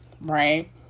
right